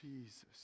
Jesus